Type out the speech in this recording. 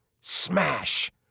Smash